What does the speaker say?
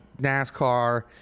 NASCAR